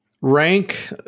Rank